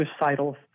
suicidal